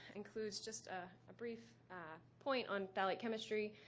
includes just a brief point on phthalate chemistry,